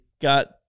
got